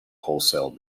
wholesale